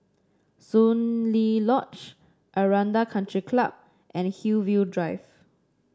Soon Lee Lodge Aranda Country Club and Hillview Drive